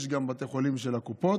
יש גם בתי חולים של הקופות,